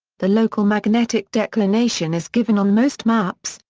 the local magnetic declination is given on most maps,